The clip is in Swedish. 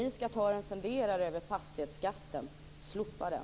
Ni skall fundera över fastighetsskatten: Slopa den!